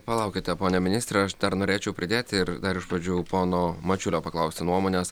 palaukite pone ministre aš dar norėčiau pridėti ir dar iš pradžių pono mačiulio paklausti nuomonės